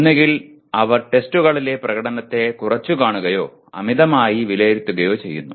ഒന്നുകിൽ അവർ ടെസ്റ്റുകളിലെ പ്രകടനത്തെ കുറച്ചുകാണുകയോ അമിതമായി വിലയിരുത്തുകയോ ചെയ്യുന്നു